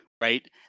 right